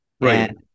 right